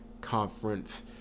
conference